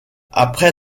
après